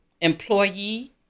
employee